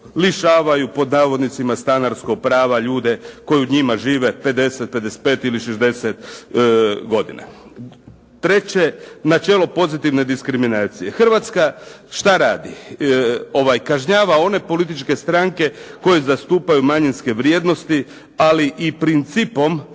lišavaju „stanarskog prava“ ljude koji u njima žive 50, 55, ili 60 godina. Treće, načelo pozitivne diskriminacije, Hrvatska šta radi, kažnjava one političke stranke koje zastupaju manjinske vrijednosti, ali i principom